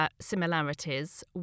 similarities